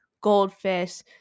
Goldfish